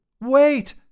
Wait